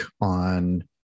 on